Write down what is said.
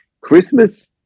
christmas